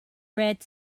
red